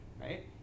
right